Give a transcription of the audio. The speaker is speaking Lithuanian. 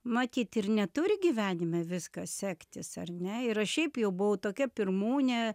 matyt ir neturi gyvenime viskas sektis ar ne ir aš šiaip jau buvau tokia pirmūnė